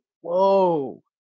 whoa